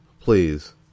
please